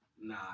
Nah